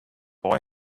boy